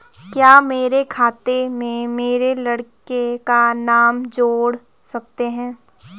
क्या मेरे खाते में मेरे लड़के का नाम जोड़ सकते हैं?